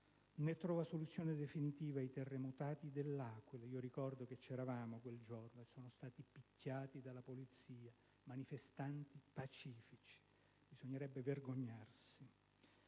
né trova soluzioni definitive ai terremotati dell'Aquila - ricordo che c'eravamo quel giorno che sono stati picchiati dalla polizia, pur essendo manifestanti pacifici, cosa di cui bisognerebbe vergognarsi